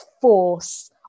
force